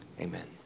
Amen